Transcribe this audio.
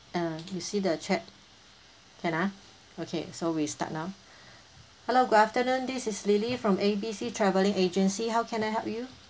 uh you see the chat can ah okay so we start now hello good afternoon this is lily from A B C travelling agency how can I help you